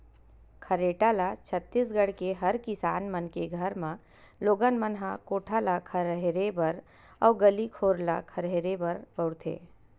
खरेटा ल छत्तीसगढ़ के हर किसान मन के घर म लोगन मन ह कोठा ल खरहेरे बर अउ गली घोर ल खरहेरे बर बउरथे